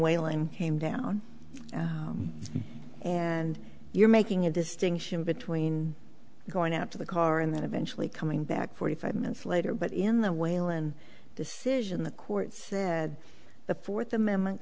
whalen came down and you're making a distinction between going out to the car and then eventually coming back forty five minutes later but in the weyland decision the court said the fourth amendment